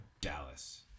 Dallas